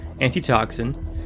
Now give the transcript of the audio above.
antitoxin